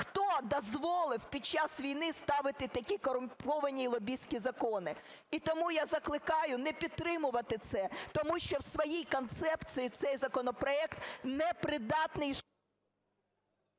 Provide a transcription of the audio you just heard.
Хто дозволив під час війни ставити такі корумповані і лобістські закони? І тому я закликаю не підтримувати це, тому що в своїй концепції цей законопроект не придатний...